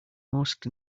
most